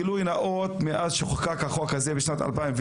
גילוי נאות, מאז שחוקק החוק הזה, בשנת 2009,